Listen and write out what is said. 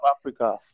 Africa